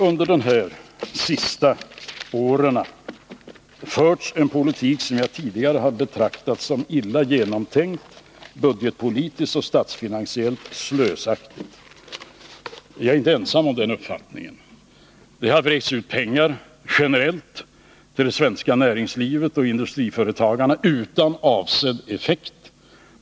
Under de senaste åren har det förts en politik som jag tidigare har betraktat som illa genomtänkt och budgetpolitiskt och statsfinansiellt slösaktig. Jag är inte ensam om den uppfattningen. Det har vräkts ut pengar generellt till det svenska näringslivet och till industriföretagarna utan att pengarna har fått avsedd effekt.